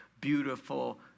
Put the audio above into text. beautiful